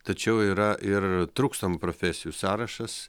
tačiau yra ir trūkstamų profesijų sąrašas